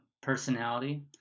personality